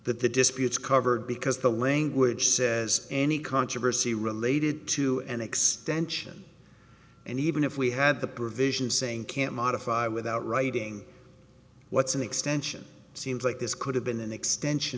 that the disputes covered because the language says any controversy related to an extension and even if we had the provisions saying can't modify without writing what's an extension seems like this could have been an